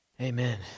Amen